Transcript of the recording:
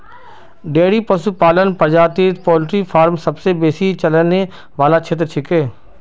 dairy पशुपालन प्रजातित poultry farm सबसे बेसी चलने वाला क्षेत्र छिके